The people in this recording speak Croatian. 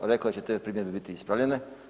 Rekao je da će te primjedbe biti ispravljene.